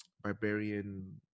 barbarian